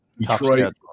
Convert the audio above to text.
Detroit